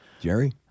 Jerry